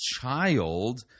child